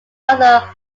another